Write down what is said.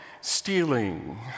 stealing